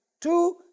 two